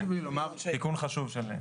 תיקון חשוב.